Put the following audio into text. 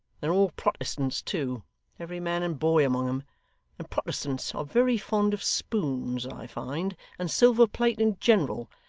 they're all protestants too every man and boy among em and protestants are very fond of spoons, i find, and silver-plate in general,